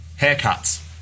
haircuts